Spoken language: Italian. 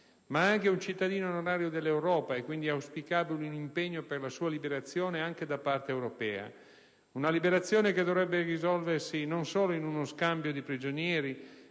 è anche un cittadino onorario dell'Europa, è quindi auspicabile un impegno per la sua liberazione anche da parte europea. Una liberazione che non solo dovrebbe risolversi in uno "scambio di prigionieri",